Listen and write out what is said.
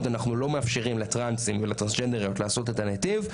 אנחנו מאפשרים לטרנסים ולטרנסג'נדריות לעשות את הנתיב,